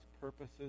purposes